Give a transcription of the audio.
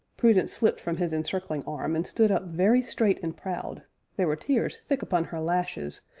prudence slipped from his encircling arm and stood up very straight and proud there were tears thick upon her lashes,